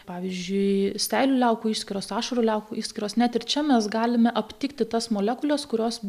pavyzdžiui seilių liaukų išskyros ašarų liaukų išskyros net ir čia mes galime aptikti tas molekules kurios